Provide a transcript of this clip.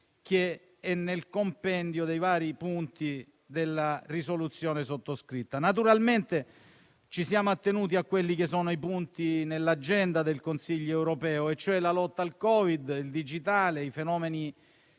che è nel compendio dei vari punti della risoluzione sottoscritta. Naturalmente, ci siamo attenuti ai punti contenuti nell'agenda del Consiglio europeo: la lotta al Covid, il digitale, i fenomeni